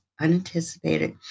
unanticipated